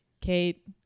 kate